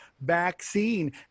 vaccine